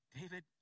David